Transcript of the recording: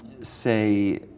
say